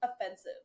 offensive